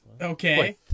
Okay